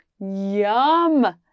Yum